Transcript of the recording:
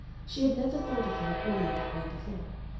she had never thought of him at all in that way before.